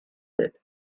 said